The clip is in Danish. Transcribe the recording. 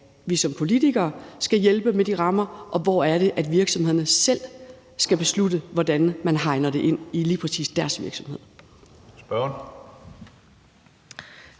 er, vi som politikere skal hjælpe med de rammer, og hvor det er, virksomhederne selv skal beslutte, hvordan de hegner det ind i lige præcis deres virksomhed.